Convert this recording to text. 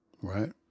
Right